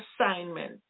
assignment